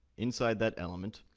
inside that element,